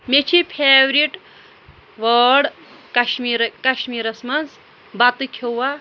مےٚ چھِ فیورِٹ وٲڈ کشمیٖرٕ کشمیٖرَس منٛز بَتہٕ کھیوٚوا